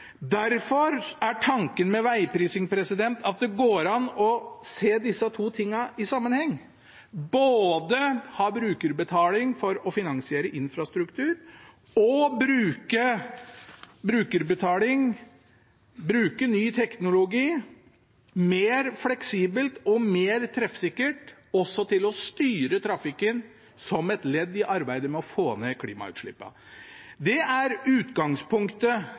Derfor er tanken med veiprising at det går an å se disse to tingene i sammenheng – både ha brukerbetaling for å finansiere infrastruktur og bruke brukerbetaling, bruke ny teknologi mer fleksibelt og mer treffsikkert for å styre trafikken som et ledd i arbeidet med å få ned klimagassutslippene. Det er utgangspunktet,